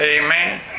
Amen